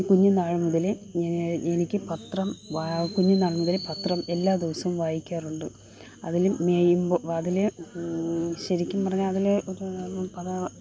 കുഞ്ഞുന്നാള് മുതലേ എനിക്ക് പത്രം കുഞ്ഞുന്നാള് മുതലേ പത്രം എല്ലാ ദിവസവും വായിക്കാറുണ്ട് അതിൽ മേയുമ്പോൾ അതിൽ ശരിക്കും പറഞ്ഞാൽ അതിൽ ഒരു പതാ